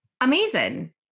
Amazing